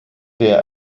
der